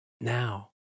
Now